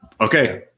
Okay